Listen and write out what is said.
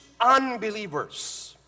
unbelievers